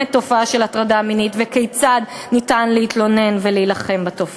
תופעה של הטרדה מינית וכיצד ניתן להתלונן ולהילחם בה.